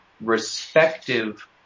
respective